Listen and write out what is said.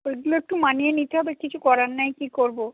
ওইগুলো একটু মানিয়ে নিতে হবে কিছু করার নেই কী করব